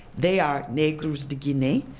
they are negros de guine,